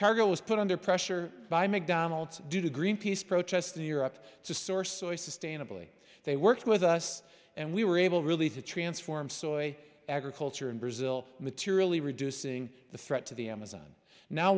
cargo was put under pressure by mcdonald's due to greenpeace protest in europe to soar so i sustain a bully they worked with us and we were able really to transform soy agriculture in brazil materially reducing the threat to the amazon now